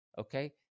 Okay